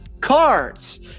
cards